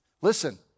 Listen